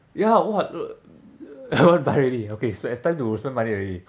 ya !wah! uh I want to buy already okay it's time to spend money already